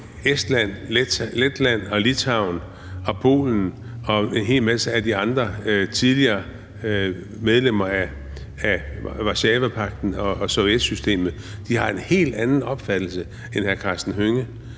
Estland, Letland og Litauen og Polen og en hel masse andre af de tidligere medlemmer af Warszawapagten og Sovjetsystemet har en helt anden opfattelse end hr. Karsten Hønge.